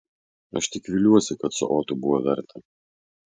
aš tik viliuosi kad su otu buvo verta